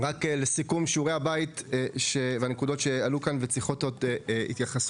לסיכום שיעורי הבית והנקודות שעלו כאן וצריכות עוד התייחסות: